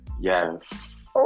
Yes